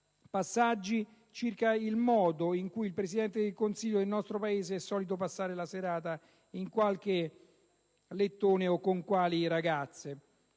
passaggi circa il modo in cui il Presidente del Consiglio nel nostro Paese è solito passare la serata, in qualche lettone o con quali ragazze.